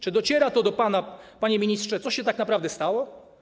Czy dociera do pana, panie ministrze, co się tak naprawdę stało?